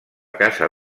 casa